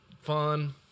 fun